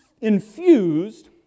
infused